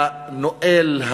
הנואל,